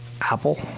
Apple